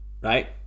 right